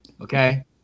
Okay